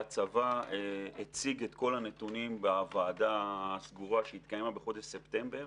שהצבא הציג את כל הנתונים בוועדה הסגורה שהתקיימה בחודש ספטמבר.